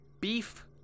Beef